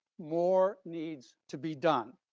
more needs to be done.